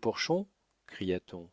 porchon cria-t-on